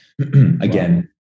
Again